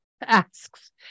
asks